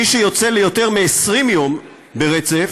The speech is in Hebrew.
מי שיוצא ליותר מ-20 יום ברצף